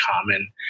common